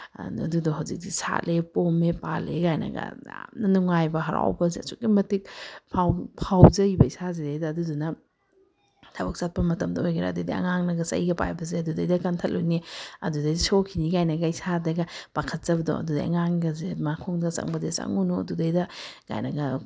ꯑꯗꯨꯗꯣ ꯍꯧꯖꯤꯛꯇꯤ ꯁꯥꯠꯂꯦ ꯄꯣꯝꯃꯦ ꯄꯥꯜꯂꯛꯑꯦ ꯀꯥꯏꯅꯒ ꯌꯥꯝꯅ ꯅꯨꯡꯉꯥꯏꯕ ꯍꯔꯥꯎꯕꯁꯦ ꯑꯁꯨꯛꯀꯤ ꯃꯇꯤꯛ ꯐꯥꯎꯖꯩꯕ ꯏꯁꯥꯁꯤꯗꯩꯗ ꯑꯗꯨꯗꯨꯅ ꯊꯕꯛ ꯆꯠꯄ ꯃꯇꯝꯗ ꯑꯣꯏꯒꯦꯔꯥ ꯑꯗꯩꯗꯤ ꯑꯉꯥꯡꯅꯒ ꯆꯩꯒ ꯄꯥꯏꯕꯁꯦ ꯑꯗꯨꯗꯩꯗ ꯀꯟꯊꯠꯂꯨꯅꯤ ꯑꯗꯨꯗꯩꯗ ꯁꯣꯛꯈꯤꯅꯤ ꯀꯥꯏꯅꯒ ꯏꯁꯥꯗꯒ ꯄꯥꯈꯠꯆꯕꯗꯣ ꯑꯗꯨꯗꯩ ꯑꯉꯥꯡꯒꯥꯁꯦ ꯃꯈꯣꯡꯗ ꯆꯪꯕꯗ ꯆꯪꯉꯨꯅꯨ ꯑꯗꯨꯗꯩꯗ ꯀꯥꯏꯅꯒ